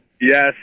Yes